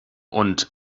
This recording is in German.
und